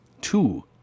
two